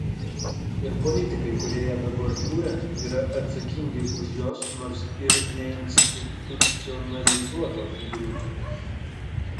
ir politikai kurie ją dabar kuria yra atsakingi už jos nors ir neinstitucionalizuotos griūtį